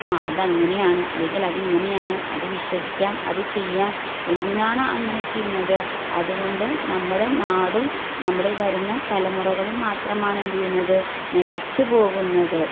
ആ അതങ്ങനെയാണ് അല്ലെങ്കിൽ അതിങ്ങനെയാണ് അത് വിശ്വസിക്കാം അത് ചെയ്യാം എന്തിനാണ് അങ്ങനെ ചെയ്യുന്നത് അതുകൊണ്ട് നമ്മുടെ നാടും നമ്മുടെ വരുന്ന തലമുറകളും മാത്രമാണ് എന്ത് ചെയ്യുന്നത് നശിച്ചുപോകുന്നത്